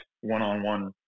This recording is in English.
one-on-one